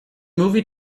movie